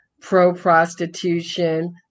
pro-prostitution